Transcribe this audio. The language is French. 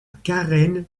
carène